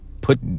put